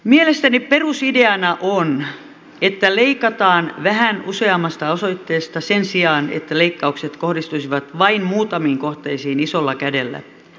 mielestäni perusideana on että leikataan vähän useammasta osoitteesta sen sijaan että leikkaukset kohdistuisivat vain muutamiin kohteisiin isolla kädellä